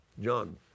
John